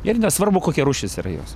ir nesvarbu kokia rūšis yra jos